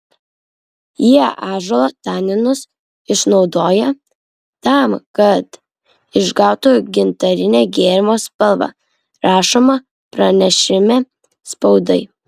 jie ąžuolo taninus išnaudoja tam kad išgautų gintarinę gėrimo spalvą rašoma pranešime spaudai